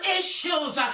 issues